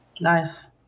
Nice